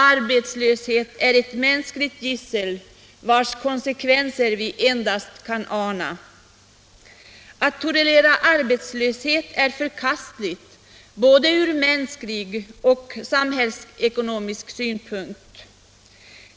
Arbetslöshet är ett mänskligt gissel, vars konsekvenser vi endast kan ana. Att tolerera arbetslöshet är förkastligt från både mänsklig och samhällsekonomisk synpunkt.